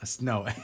No